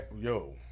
Yo